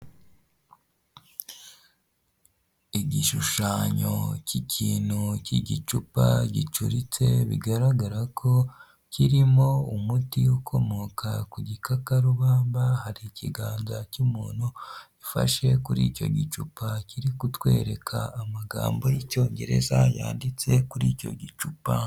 Igishushanyo cy'ikintu cy'igicupa gicuritse bigaragara ko kirimo umuti ukomoka ku igikakarubamba hari ikiganza cy'umuntu ufashe kuri icyo gicupa kiri kutwereka amagambo y'icyongereza yanditse kuri icyo gicupa.